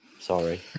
Sorry